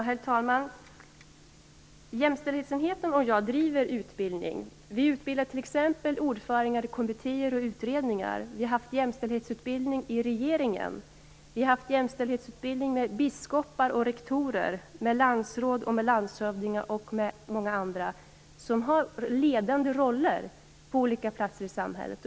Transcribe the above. Herr talman! Jämställdhetsenheten och jag bedriver utbildning. Vi utbildar t.ex. ordförande i kommittéer och utredningar. Vi har genomfört jämställdhetsutbildning i regeringen. Vi har genomfört jämställdhetsutbildning för biskopar, rektorer, länsråd, landshövdingar och många andra, som har ledande roller på olika platser i samhället.